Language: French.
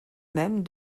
même